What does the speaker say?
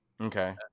Okay